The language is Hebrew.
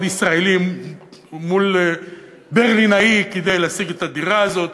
ישראלי מול ברלינאי כדי להשיג את הדירה הזאת.